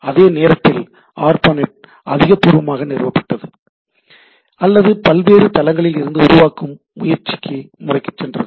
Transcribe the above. அதே நேரத்தில் ஆர்ப்பாநெட் அதிகாரப்பூர்வமாக நிறுத்தப்பட்டது அல்லது பல்வேறு தளங்களில் இருந்து உருவாக்கும் முறைக்குச் சென்றது